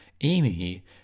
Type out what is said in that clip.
Amy